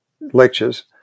lectures